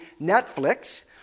Netflix